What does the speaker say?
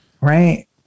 Right